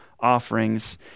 offerings